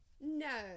No